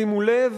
שימו לב,